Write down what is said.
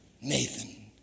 Nathan